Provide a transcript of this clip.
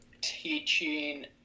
teaching